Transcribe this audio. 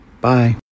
Bye